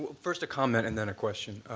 first a comment and then a question.